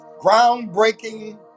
Groundbreaking